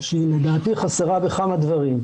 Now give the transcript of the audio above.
שהיא לדעתי חסרה בכמה דברים.